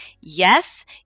Yes